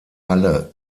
halle